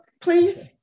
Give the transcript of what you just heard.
please